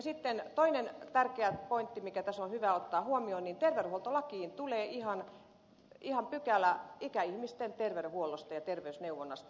sitten toinen tärkeä pointti mikä tässä on hyvä ottaa huomioon on se että terveydenhuoltolakiin tulee ihan pykälä ikäihmisten terveydenhuollosta ja terveysneuvonnasta